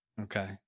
Okay